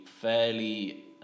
fairly